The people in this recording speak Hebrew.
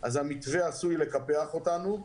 אז המתווה עשוי לקפח אותנו.